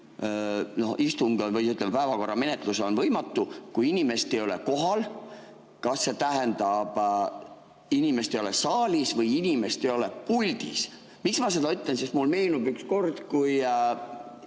istungi või, ütleme, päevakorra menetlus on võimatu, kui inimest ei ole kohal, siis kas see tähendab, et inimest ei ole saalis või inimest ei ole puldis? Miks ma seda ütlen? Mulle meenub üks kord, kui